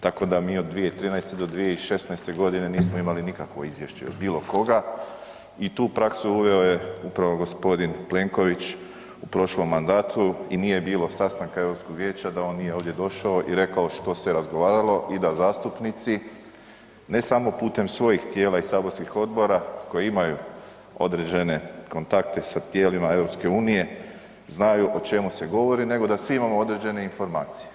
Tako da mi od 2013. do 2016. g. nismo imali nikakvo izvješće od bilokoga i tu praksu uveo je upravo g. Plenković u prošlom mandatu i nije bilo sastanka Europskog vijeća da on nije ovdje došao i rekao što se razgovaralo i da zastupnici ne samo putem svojih tijela i saborskih odbora koji imaju određene kontakte sa tijelima EU-a, znaju o čemu se govori, nego da svi imamo određene informacije.